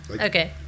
Okay